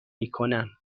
میکنم